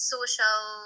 Social